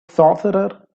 sorcerer